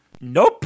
Nope